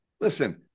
listen